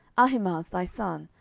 ahimaaz thy son,